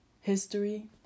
history